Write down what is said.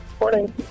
Morning